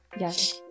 Yes